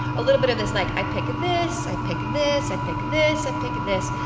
a little bit of this like, i pick this, i pick this, i pick this, i pick this.